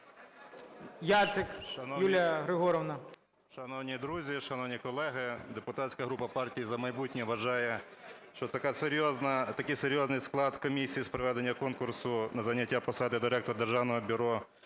Яцик Юлія Григорівна.